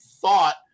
thought